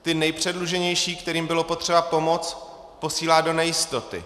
Ty nejpředluženější, kterým bylo potřeba pomoct, posílá do nejistoty.